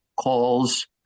calls